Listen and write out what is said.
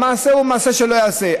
המעשה הוא מעשה שלא ייעשה.